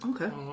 Okay